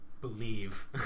Believe